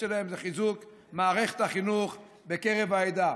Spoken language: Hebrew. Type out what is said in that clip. שלהן היא חיזוק מערכת החינוך בקרב העדה.